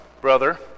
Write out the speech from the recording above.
brother